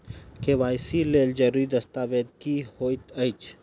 KYC लेल जरूरी दस्तावेज की होइत अछि?